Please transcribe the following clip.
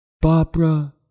Barbara